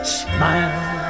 smile